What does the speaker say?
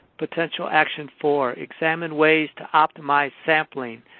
potential action four-examine ways to optimize sampling.